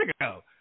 ago